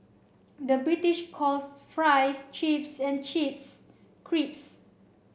the British calls fries chips and chips crisps